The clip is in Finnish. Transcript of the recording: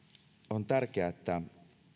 on tärkeää että